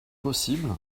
possible